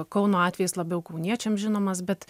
kauno atvejis labiau kauniečiams žinomas bet